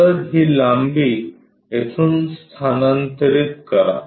तर ही लांबी येथून स्थानांतरित करा